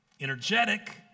energetic